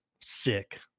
sick